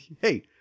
Hey